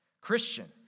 Christian